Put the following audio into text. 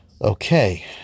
Okay